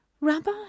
Rabbi